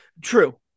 True